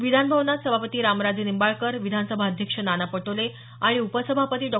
विधानभवनात सभापती रामराजे निंबाळकर विधानसभा अध्यक्ष नाना पटोले आणि उपसभापती डॉ